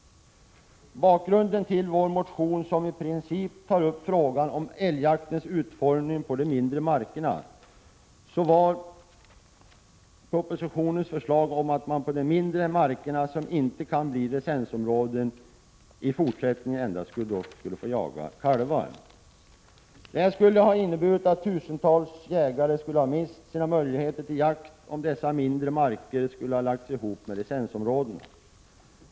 Bakgrunden till vår motion, som i princip tar upp frågan om älgjaktens utformning på de mindre markerna, var propositionens förslag om att man på de mindre markerna, som inte kan bli licensområden, i fortsättningen endast skulle få jaga kalvar. Detta skulle ha inneburit att tusentals jägare skulle ha mist sina möjligheter till jakt, om dessa mindre marker skulle ha lagts ihop med licensområdena.